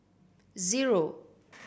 zero